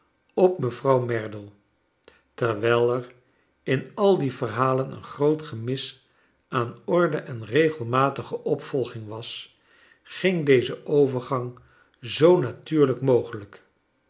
op mevrouw merdle terwijl er in al die verhalen een groot gemis aan orde en regelmatige opvolging was ging deze overgang zoo natuurlijk mogelijk